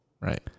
Right